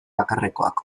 bakarrekoak